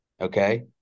okay